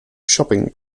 shopping